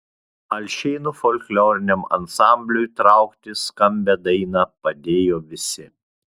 alšėnų folkloriniam ansambliui traukti skambią dainą padėjo visi